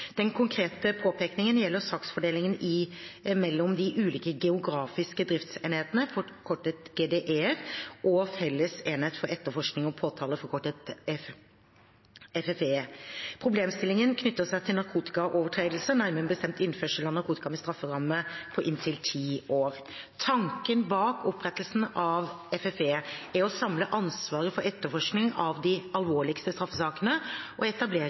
Den konkrete påpekningen gjelder saksfordelingen mellom de ulike geografiske driftsenhetene, forkortet GDE, og felles enhet for etterforskning og påtale, forkortet FFE. Problemstillingen knytter seg til narkotikaovertredelser, nærmere bestemt innførsel av narkotika med strafferamme på inntil ti år. Tanken bak opprettelsen av FFE er å samle ansvaret for etterforskning av de alvorligste straffesakene og